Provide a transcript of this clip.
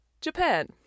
Japan